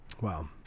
Wow